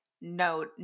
no